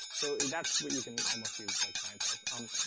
so that's what you can almost feel like scientist umm,